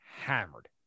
hammered